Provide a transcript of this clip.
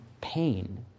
pain